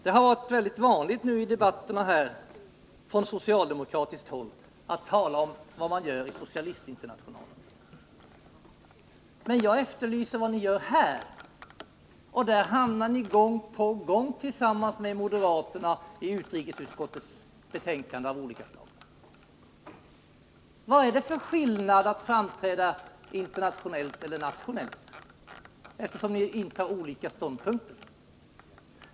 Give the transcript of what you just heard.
Det har från socialdemokratiskt håll varit vanligt i debatterna här att tala om vad man gör i socialistinternationalen, men jag efterlyser vad ni gör här. Här hamnar ni gång på gång tillsammans med moderaterna i utrikesutskottets betänkanden av olika slag. Vad är det för skillnad mellan att framträda internationellt och att framträda nationellt, eftersom ni intar olika ståndpunkter?